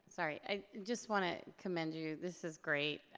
sorry, i just wanna commend you. this is great.